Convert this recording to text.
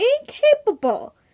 incapable